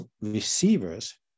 receivers